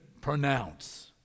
pronounce